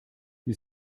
die